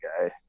guy